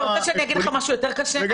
אתה רוצה שאני אגיד לך משהו יותר קשה?